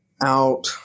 out